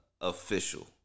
official